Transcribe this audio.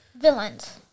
Villains